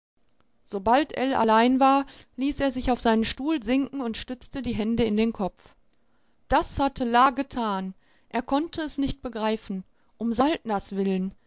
sobald ell allein war ließ er sich auf seinen stuhl sinken und stützte die hände in den kopf das hatte la getan er konnte es nicht begreifen um saltners willen